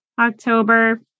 October